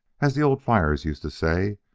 as the old flyers used to say,